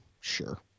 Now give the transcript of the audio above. sure